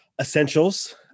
essentials